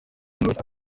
knowless